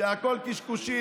שהכול קשקושים.